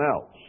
else